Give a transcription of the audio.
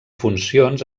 funcions